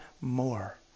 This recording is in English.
more